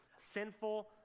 sinful